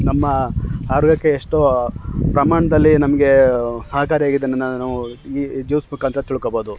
ನಮ್ಮ ಆರೋಗ್ಯಕ್ಕೆ ಎಷ್ಟೋ ಪ್ರಮಾಣದಲ್ಲಿ ನಮಗೆ ಸಹಕಾರಿಯಾಗಿದ್ದನ್ನು ನಾವು ಈ ಜ್ಯೂಸ್ ಮುಖಾಂತ್ರ ತಿಳ್ಕೊಬೋದು